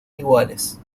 iguales